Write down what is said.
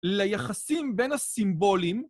ליחסים בין הסימבולים